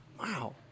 Wow